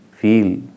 feel